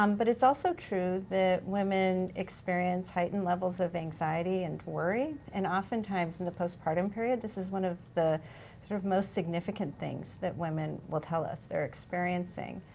um but it's also true that women experience heightened levels of anxiety and worry. and oftentimes in the postpartum period, this is one of the sort of most significant things that women will tell us they're experiencing.